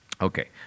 Okay